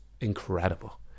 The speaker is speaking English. incredible